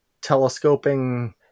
telescoping